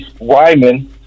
Wyman